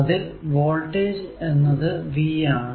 അതിൽ വോൾടേജ് എന്നത് V ആണ്